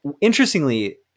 interestingly